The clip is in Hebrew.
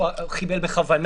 חייבנו רק להתחיל לדון.